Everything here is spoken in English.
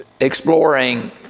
exploring